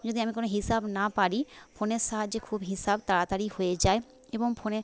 যদি আমি কোনো হিসাব না পারি ফোনের সাহায্যে খুব হিসাব তাড়াতাড়ি হয়ে যায় এবং ফোনে